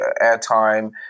airtime